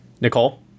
Nicole